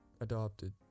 adopted